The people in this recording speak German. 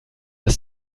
das